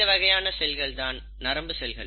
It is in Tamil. இந்த வகையான செல்கள் தான் நரம்பு செல்கள்